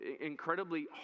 incredibly